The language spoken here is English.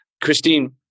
Christine